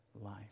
life